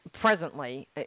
presently